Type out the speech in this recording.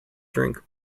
drink